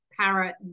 parrot